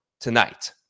tonight